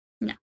no